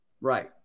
Right